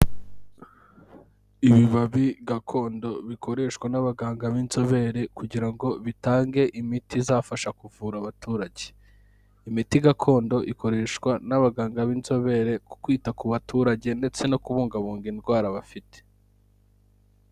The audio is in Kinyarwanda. Ibibabi gakondo bikoreshwa n'abaganga b'inzobere, kugira ngo bitange imiti izafasha kuvura abaturage. Imiti gakondo ikoreshwa n'abaganga b'inzobere ku kwita ku baturage, ndetse no kubungabunga indwara bafite.